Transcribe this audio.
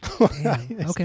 Okay